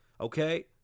Okay